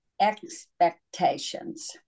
expectations